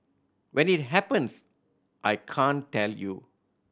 when it happens I can't tell you